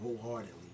wholeheartedly